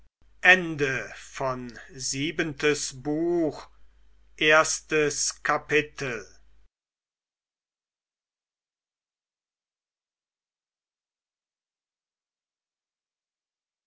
siebentes buch erstes kapitel